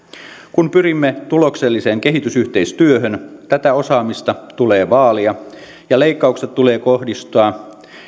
kun pyrimme tulokselliseen kehitysyhteistyöhön tätä osaamista tulee vaalia ja leikkaukset tulee kohdistaa